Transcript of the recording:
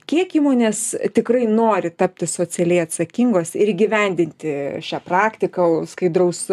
kiek įmonės tikrai nori tapti socialiai atsakingos ir įgyvendinti šią praktiką skaidraus